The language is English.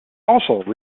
also